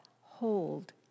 hold